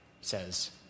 says